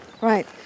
Right